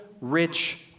rich